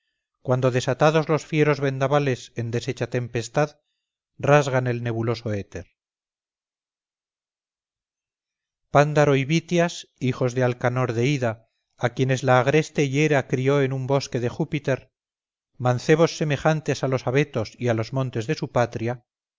cuando desatados los fieros vendavales en deshecha tempestad rasgan el nebuloso éter pándaro y bitias hijos de alcanor de ida a quienes la agreste iera crió en un bosque de júpiter mancebos semejantes a los abetos y a los montes de su patria